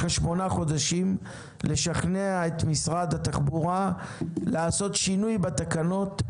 יש לך שמונה חודשים לשכנע את משרד התחבורה לעשות שינוי בתקנות,